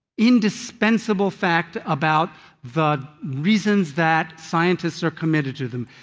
indispensible fact about the reasons that scientists are committed to them.